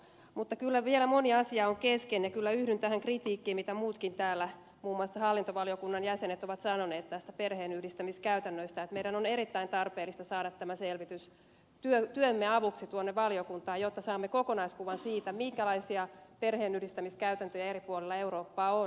mutta kyllä vielä moni asia on kesken ja yhdyn kyllä tähän kritiikkiin mitä muutkin täällä muun muassa hallintovaliokunnan jäsenet ovat sanoneet näistä perheenyhdistämiskäytännöistä että meidän on erittäin tarpeellista saada tämä selvitys työmme avuksi tuonne valiokuntaan jotta saamme kokonaiskuvan siitä minkälaisia perheenyhdistämiskäytäntöjä eri puolilla eurooppaa on